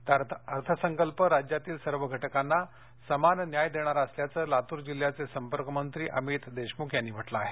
तर अर्थसंकल्प राज्यातील सर्व घटकांना समान न्याय देणारा असल्याचं लातूर जिल्हयाचे संपर्कमंत्री अमित देशमुख यांनी म्हटलं आहे